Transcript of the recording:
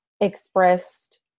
expressed